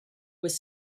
was